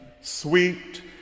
sweet